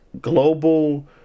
global